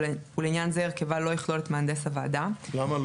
ולעניין זה הרכבה לא יכלול את מהנדס הוועדה --- למה לא?